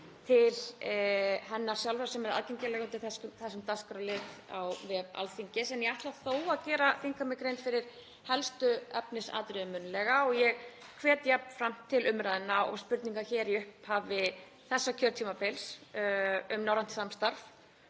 skýrslunnar sjálfrar sem er aðgengileg undir þessum dagskrárlið á vef Alþingis en ég ætla þó að gera þingheimi grein fyrir helstu efnisatriðum munnlega og ég hvet jafnframt til umræðna og spurninga, hér í upphafi þessa kjörtímabils, um norrænt samstarf.